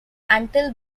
until